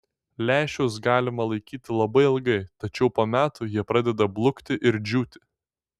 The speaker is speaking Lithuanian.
lęšius galima laikyti labai ilgai tačiau po metų jie pradeda blukti ir džiūti